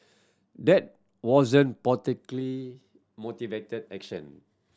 that wasn't motivated action